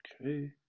Okay